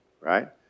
right